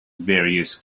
various